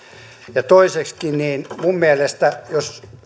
ja toiseksikin minun mielestäni jos